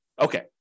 Okay